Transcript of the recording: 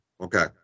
Okay